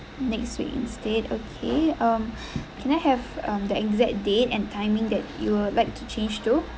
next week instead okay um can I have um the exact date and timing that you would like to change to